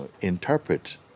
interpret